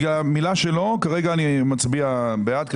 בגלל המילה שלו, כרגע אני מצביע בעד.